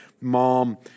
mom